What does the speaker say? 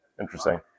Interesting